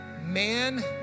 man